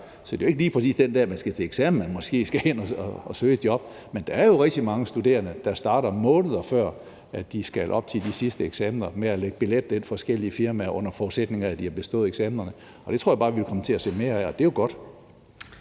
Så det er måske ikke lige præcis den dag, man skal til eksamen, man skal ind og søge job, men der er jo rigtig mange studerende, der, måneder før de skal op til de sidste eksamener, starter med at lægge billet ind hos forskellige firmaer, under forudsætning af at de har bestået eksamenerne. Og det tror jeg bare vi kommer til at se mere af. Og det er jo godt.